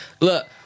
Look